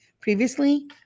previously